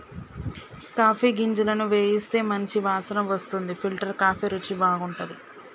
coffee గింజలను వేయిస్తే మంచి వాసన వస్తుంది ఫిల్టర్ కాఫీ రుచి బాగుంటది